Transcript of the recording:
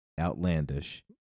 Outlandish